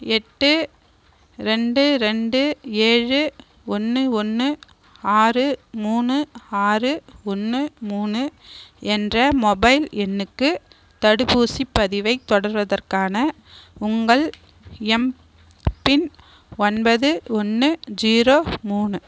எட்டு ரெண்டு ரெண்டு ஏழு ஒன்று ஒன்று ஆறு மூணு ஆறு ஒன்று மூணு என்ற மொபைல் எண்ணுக்கு தடுப்பூசிப் பதிவைத் தொடர்வதற்கான உங்கள் எம்பின் ஒன்பது ஒன்று ஜீரோ மூணு